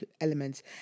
elements